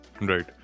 Right